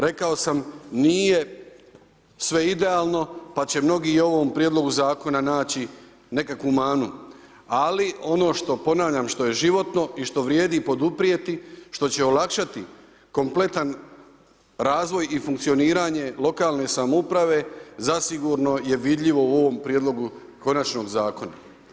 Rekao sam, nije sve idealno, pa će mnogi i u ovom Prijedlogu zakona naći nekakvu manu, ali ono što, ponavljam, što je životno i što vrijedi poduprijeti, što će olakšati kompletan razvoj i funkcioniranje lokalne samouprave zasigurno je vidljivo u ovom prijedlogu konačnog zakona.